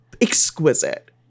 exquisite